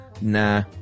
nah